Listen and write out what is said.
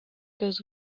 goes